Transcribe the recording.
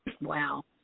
Wow